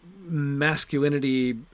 masculinity